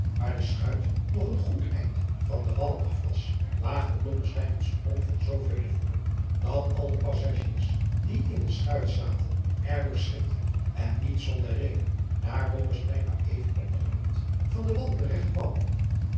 waar de schuit nog een goed eind van den wal af was waagde blommesteyn een sprong van zoovele voeten dat al de passigiers die in de schuit zaten er door schrikten en nier zonder reden daar blommesteyn maar even op den rand van den wal